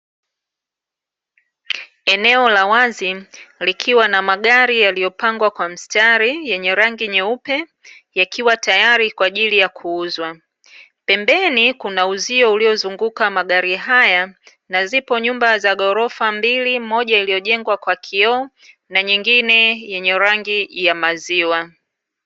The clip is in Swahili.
Eneo la wazi likiwa na magari yaliyopangwa kwa mstari yenye rangi nyeupe, yakiwa tayari kwa ajili ya kuuzwa. Pembeni kuna uzio uliozunguka magari haya na zipo nyumba za ghorofa mbili, moja iliyojengwa kwa kioo na nyingine yenye rangi ya maziwa.